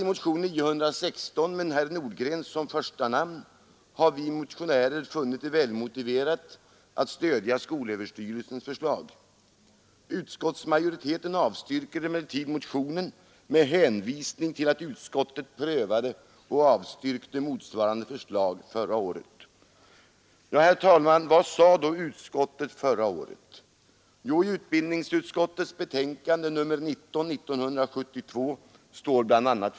I motionen 916 med herr Nordgren som första namn har vi motionärer funnit det väl motiverat att stödja skolöverstyrelsens förslag. Utskottsmajoriteten avstyrker emellertid motionen med hänvisning till att utskottet prövade och avstyrkte motsvarande förslag förra året. Vad sade då utskottet förra året? Jo, i utbildningsutskottets betänkande nr 19 Herr talman!